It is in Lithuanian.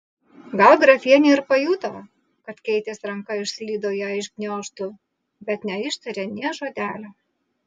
gal grafienė ir pajuto kad keitės ranka išslydo jai iš gniaužtų bet neištarė nė žodelio